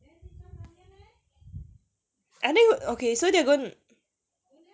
I think okay so they're gon~